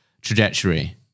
trajectory